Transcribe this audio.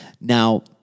Now